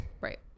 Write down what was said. right